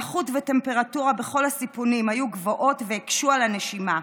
הלחות והטמפרטורה בכל הסיפונים היו גבוהות והקשו על הנשימה.